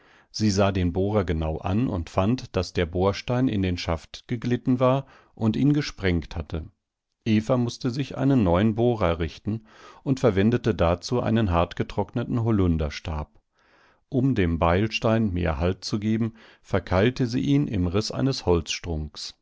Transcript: sie sah den bohrer genau an und fand daß der bohrstein in den schaft geglitten war und ihn gesprengt hatte eva mußte sich einen neuen bohrer richten und verwendete dazu einen hartgetrockneten holunderstab um dem beilstein mehr halt zu geben